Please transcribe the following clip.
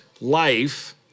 life